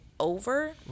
over